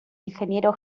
ingeniero